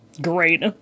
Great